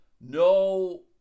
no